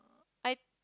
I